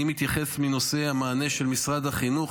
אני מתייחס לנושא המענה של משרד החינוך,